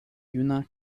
juna